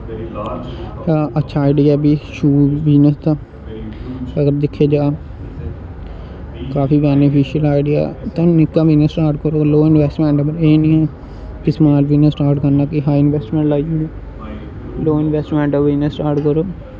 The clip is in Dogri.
अच्छा ऐ जेह्ड़ा बिजनस शूज़ दा अगर दिक्खेआ जाए काफी बैनिफिशल ऐ साढ़े ते तुस निक्का बिजनस स्टार्ट करो लोह् इनवैस्टमैंट पर एह् ना ऐ कि समाल बिजनस स्टार्ट करना ते हाई इनवैस्टमैंट लाई ओड़नी लोह् इनवैस्टमैंट पर बिजनस स्टार्ट करो